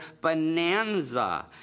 bonanza